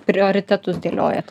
prioritetus dėliojat